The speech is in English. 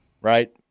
right